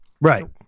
Right